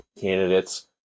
candidates